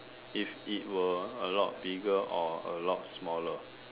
if it were a lot bigger or a lot smaller